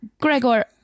Gregor